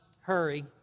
hurry